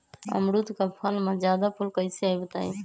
अमरुद क फल म जादा फूल कईसे आई बताई?